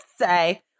say